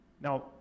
Now